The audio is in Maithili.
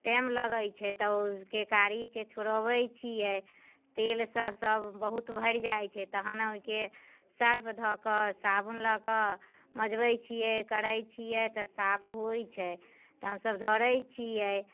टैम लगैत छै तऽ ओ के कारीके छोड़बै छियै तेलसँ सभ बहुत भरि जाइत छै तहनके सर्फ धऽकऽ साबुन लऽ कऽ मजबैत छियै करैत छियै तऽ साफ होइत छै तऽ हमसभ धरैत छियै